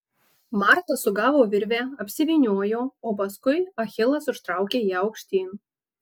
marta sugavo virvę apsivyniojo o paskui achilas užtraukė ją aukštyn